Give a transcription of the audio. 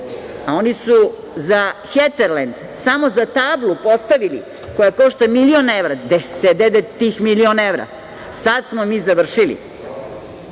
a oni su za „Heterlend“ samo za tablu koju su postavili, koja košta milion evra, gde se dede tih milion evra. Sada smo mi završili.